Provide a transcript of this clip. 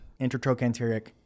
intertrochanteric